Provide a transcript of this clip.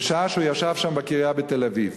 בשעה שהוא ישב שם, בקריה בתל-אביב,